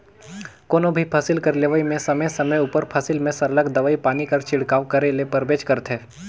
कोनो भी फसिल कर लेवई में समे समे उपर फसिल में सरलग दवई पानी कर छिड़काव करे ले परबेच करथे